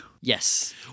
Yes